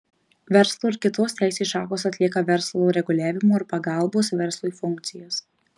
verslo ir kitos teisės šakos atlieka verslo reguliavimo ir pagalbos verslui funkcijas